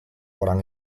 orang